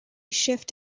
shift